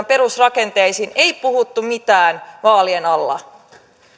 perusrakenteisiin ei puhuttu mitään vaalien alla